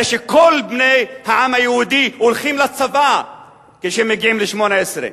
הרי כל בני העם היהודי הולכים לצבא כשהם מגיעים ל-18.